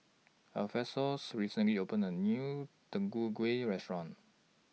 Alphonsus recently opened A New Deodeok Gui Restaurant